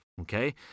okay